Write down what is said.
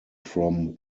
from